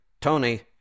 Tony